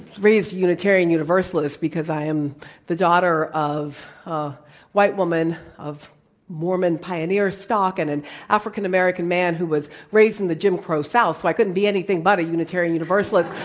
raised unitarian universalist because i am the daughter of a white woman of mormon pioneer stock and an african-american man who was raised in the jim crow south. so i couldn't be anything but a unitarian universalist.